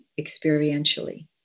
experientially